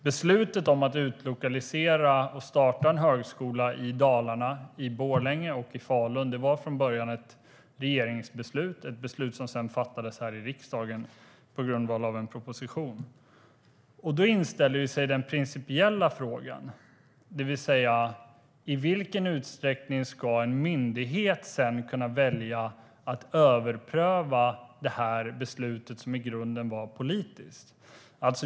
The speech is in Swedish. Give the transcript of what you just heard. Beslutet om att utlokalisera och starta en högskola i Dalarna, i Borlänge och i Falun, var från början ett regeringsbeslut, och riksdagen fattade sedan beslut på grundval av en proposition. Då inställer sig en principiell fråga. I vilken utsträckning ska en myndighet sedan kunna välja att överpröva beslutet som i grunden var politiskt?